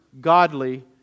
godly